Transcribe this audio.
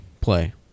play